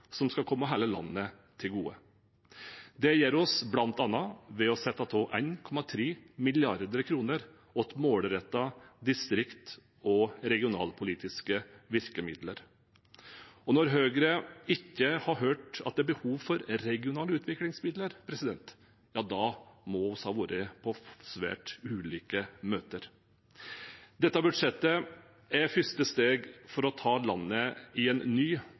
som skal komme hele landet til gode. Det gjør vi bl.a. ved å sette av 1,3 mrd. kr til målrettede distrikts- og regionalpolitiske virkemidler. Når Høyre ikke har hørt at det er behov for regionale utviklingsmidler, må vi ha vært på svært ulike møter. Dette budsjettet er første steg for å ta landet i en ny